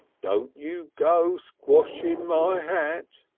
don't you go squashing my hat,